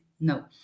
no